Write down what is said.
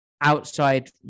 outside